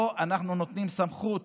פה אנחנו נותנים סמכות